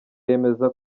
yemeza